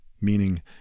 meaning